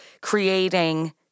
creating